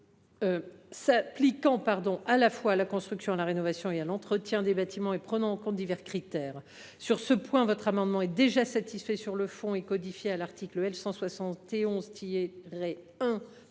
s’appliquant à la fois à la construction, à la rénovation et à l’entretien des bâtiments et prenant en compte divers critères. Sur ce point, l’amendement est déjà satisfait sur le fond : de telles